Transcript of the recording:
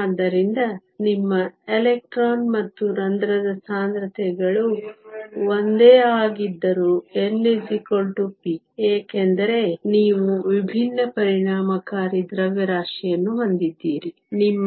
ಆದ್ದರಿಂದ ನಿಮ್ಮ ಎಲೆಕ್ಟ್ರಾನ್ ಮತ್ತು ರಂಧ್ರದ ಸಾಂದ್ರತೆಗಳು ಒಂದೇ ಆಗಿದ್ದರೂ n p ಏಕೆಂದರೆ ನೀವು ವಿಭಿನ್ನ ಪರಿಣಾಮಕಾರಿ ದ್ರವ್ಯರಾಶಿಯನ್ನು ಹೊಂದಿದ್ದೀರಿ ನಿಮ್ಮ